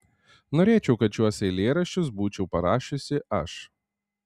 norėčiau kad šiuos eilėraščius būčiau parašiusi aš